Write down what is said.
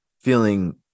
feeling